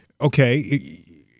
Okay